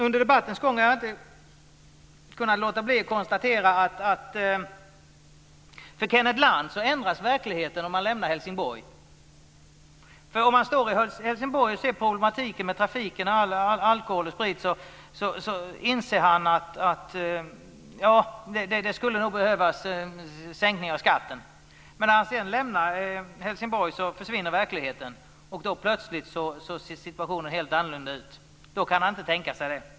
Under debattens gång har jag inte kunnat låta bli att konstatera att för Kenneth Lantz ändras verkligheten när han lämnar Helsingborg. Om han står i Helsingborg och ser problemen med trafiken och all alkohol och sprit inser han att det nog skulle behövas en sänkning av skatten. Men när han sedan lämnar Helsingborg försvinner verkligheten, och då ser situationen plötsligt helt annorlunda ut. Då kan han inte tänka sig det.